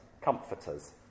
comforters